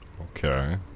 Okay